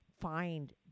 find